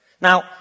Now